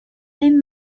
and